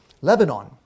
Lebanon